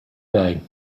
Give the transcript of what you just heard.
day